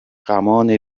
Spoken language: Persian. غمان